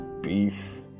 beef